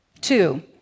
Two